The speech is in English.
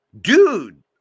Dude